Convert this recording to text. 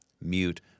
mute